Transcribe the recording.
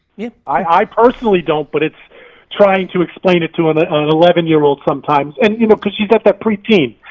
yeah, i personally don't but it's trying to explain it to an and eleven year old sometimes and you know cause she's at that preteen,